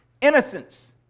Innocence